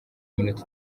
iminota